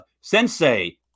Sensei